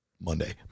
monday